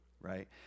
Right